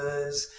has